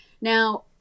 Now